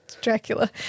Dracula